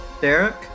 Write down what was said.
Derek